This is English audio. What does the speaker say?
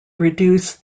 reduce